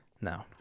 No